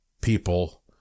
people